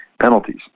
penalties